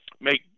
make